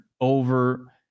Over